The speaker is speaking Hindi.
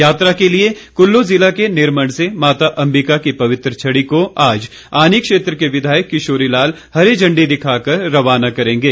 यात्रा के लिए कुल्लू ज़िला के निरमंड से माता अंबिका की पवित्र छड़ी को आज आनी क्षेत्र के विधायक किशोरी लाल हरी झंडी दिखाकर रवाना करेंगे